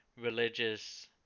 religious